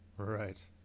Right